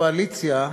הקואליציה,